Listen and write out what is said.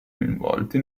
coinvolti